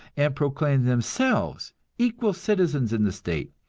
and proclaimed themselves equal citizens in the state,